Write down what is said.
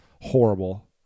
Horrible